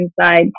inside